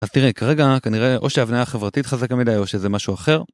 אז תראה, כרגע כנראה או שההבנייה החברתית חזקה מדי או שזה משהו אחר.